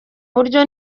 buryo